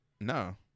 No